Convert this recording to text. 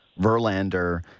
Verlander